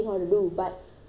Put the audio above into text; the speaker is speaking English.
he